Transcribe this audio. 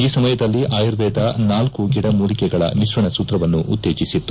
ಈ ಸಮಯದಲ್ಲಿ ಆಯುರ್ವೇದ ನಾಲ್ಲು ಗಿಡಮೂಲಿಕೆಗಳ ಮಿಶ್ರಣ ಸೂತ್ರವನ್ನು ಉತ್ತೇಜೆಸಿತ್ತು